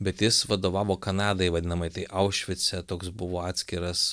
bet jis vadovavo kanadai vadinamai tai aušvice toks buvo atskiras